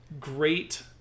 great